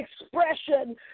expression